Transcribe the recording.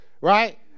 right